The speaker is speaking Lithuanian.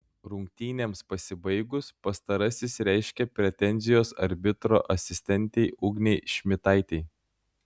rungtynėms pasibaigus pastarasis reiškė pretenzijas arbitro asistentei ugnei šmitaitei